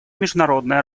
международной